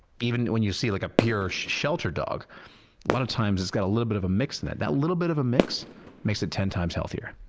even when you see like a pure shelter dog, a lot of times it's got a little bit of a mix in it. that little bit of a mix makes it ten times healthier.